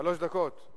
שלוש דקות,